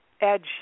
edge